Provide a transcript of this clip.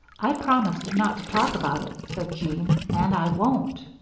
i promised not to talk about it, said jean, and i won't.